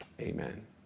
Amen